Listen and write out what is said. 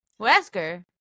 wesker